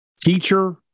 teacher